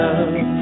Love